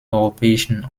europäischen